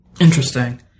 Interesting